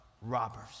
robbers